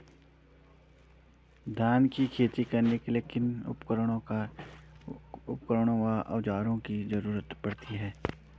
धान की खेती करने के लिए किन किन उपकरणों व औज़ारों की जरूरत पड़ती है?